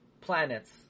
planets